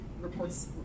reports